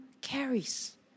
carries